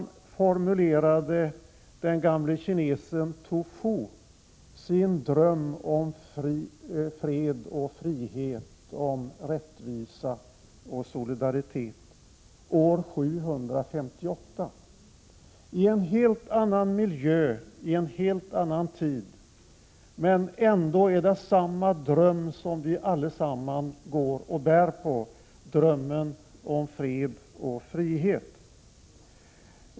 Så formulerade den gamle kinesen Tu Fu sin dröm om fred och frihet, om rättvisa och solidaritet år 758 — en helt annan miljö, en helt annan tid men ändå samma dröm som vi allesammans går och bär på, nämligen drömmen om fred och frihet.